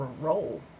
roll